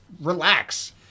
relax